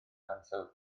ansawdd